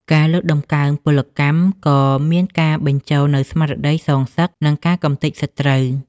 ការលើកតម្កើងពលកម្ម ក៏មានការបញ្ចូលនូវស្មារតីសងសឹក និងការកម្ទេចសត្រូវ។